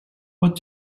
what